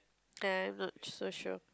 uh I'm not so sure